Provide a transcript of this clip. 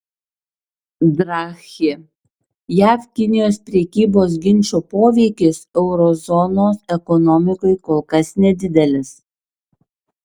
draghi jav kinijos prekybos ginčo poveikis euro zonos ekonomikai kol kas nedidelis